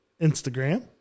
Instagram